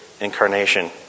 Incarnation